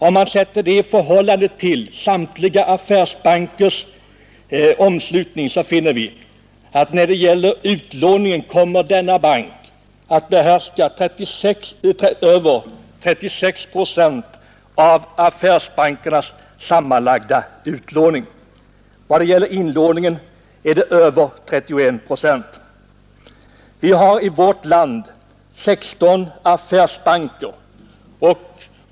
Om vi sätter dem i förhållande till samtliga affärsbankers omslutning finner vi vad beträffar utlåningen att denna bank kommer att behärska över 36 procent av affärsbankernas sammanlagda utlåning och vad gäller inlåningen över 31 procent. Vi har i vårt land 16 affärsbanker.